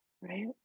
right